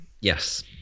Yes